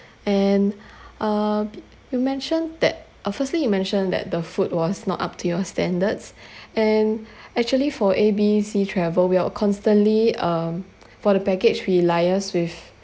and uh you mentioned that uh firstly you mentioned that the food was not up to your standards and actually for A B C travel we will constantly um for the package we liaise with